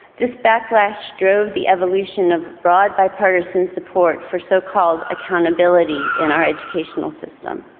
this backlash drove the evolution of broad bipartisan support for so-called accountability in our educational system.